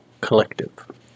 Collective